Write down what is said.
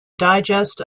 digest